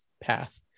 path